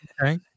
Okay